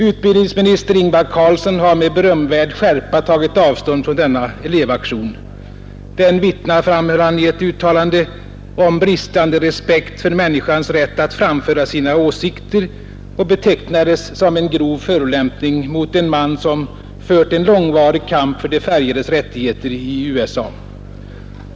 Utbildningsminister Ingvar Carlsson har med berömdvärd skärpa tagit avstånd från denna elevaktion. Den vittnar, framhöll han i ett uttalande, om bristande respekt för människans rätt att framföra sina åsikter, och han betecknade den som en grov förolämpning mot en man som fört en långvarig kamp för de färgades rättigheter i USA.